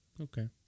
Okay